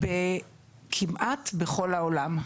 כמעט בכל העולם.